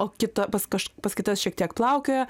o kita pas kaž pas kitas šiek tiek plaukioja